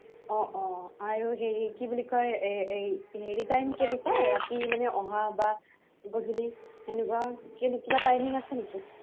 অঁ অঁ আৰু হেৰি কি বুলি কয় এ হেৰি টাইম কেনেকুৱা ৰাতি মানে অহা বা গধূলি সেনেকুৱা কিবা টাইমিং আছে নেকি